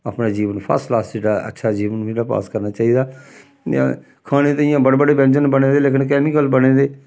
अपना जीवन फस्सक्लास जेह्ड़ा अच्छा जीवन जेह्ड़ा पास करना चाहिदा इ'यां खाने ते इ'यां बड़े बड़े व्यंजन बने दे लेकन कैमिकल बने दे